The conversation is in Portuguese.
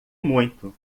muito